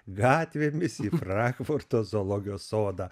gatvėmis į frankfurto zoologijos sodą